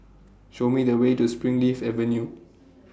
Show Me The Way to Springleaf Avenue